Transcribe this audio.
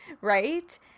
right